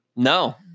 No